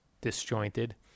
disjointed